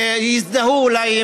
אולי,